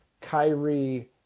Kyrie